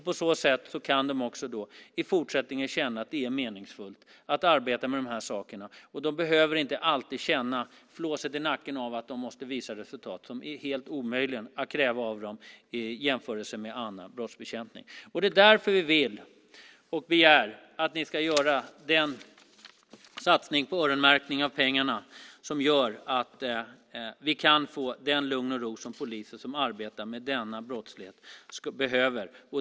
På så sätt kan de i fortsättningen känna att det är meningsfullt att arbeta med de här sakerna. Då behöver de inte alltid känna flåset i nacken av att de måste visa resultat som är helt omöjliga att kräva av dem i jämförelse med annan brottsbekämpning. Det är därför vi vill och begär att ni ska göra den satsning på öronmärkning av pengarna som gör att vi kan få den lugn och ro som polisen som arbetar med denna brottslighet behöver.